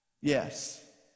yes